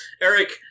eric